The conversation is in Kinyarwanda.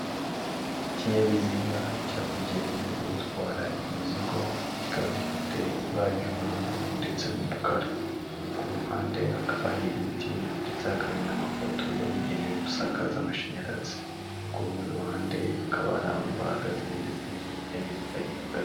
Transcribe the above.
Ikinyabiziga cyabugenewe cyo gutwara imizigo, kikaba gifite ibara ry'ubururu ndetse n'umukara, ku ruhande hakaba hari ibiti ndetse hakaba hari n'amapoto yabugenewe, gusakaza amashanyarazi, ku rundi ruhande hakaba hari abantu bahagaze ndetse n'ikinyabiziga gihagaze.